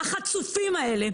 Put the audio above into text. החצופים האלה,